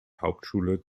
hauptschule